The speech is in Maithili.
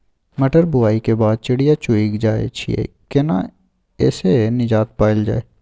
मटर बुआई के बाद चिड़िया चुइग जाय छियै केना ऐसे निजात पायल जाय?